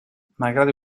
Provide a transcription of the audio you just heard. malgrado